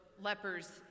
lepers